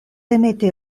demeti